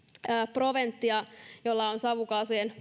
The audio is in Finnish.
proventia jolla on savukaasujen